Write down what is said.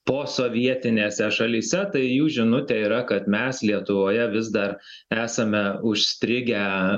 posovietinėse šalyse tai jų žinutė yra kad mes lietuvoje vis dar esame užstrigę